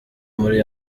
muri